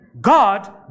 God